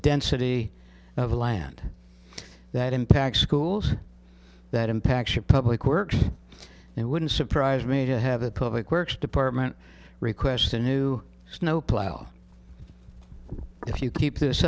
density of land that impacts schools that impacts your public works it wouldn't surprise me to have a public works department request a new snowplow if you keep this